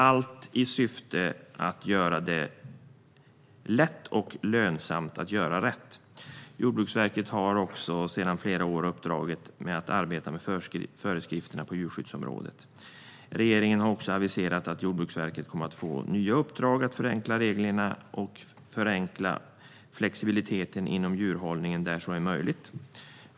Syftet är att göra det lätt och lönsamt att göra rätt. Jordbruksverket har sedan flera år uppdraget att arbeta med föreskrifterna på djurskyddsområdet. Regeringen har också aviserat att Jordbruksverket kommer att få nya uppdrag om att förenkla reglerna och att öka flexibiliteten inom djurhållningen där så är möjligt.